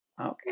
okay